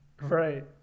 right